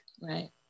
Right